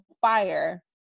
fire